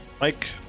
Mike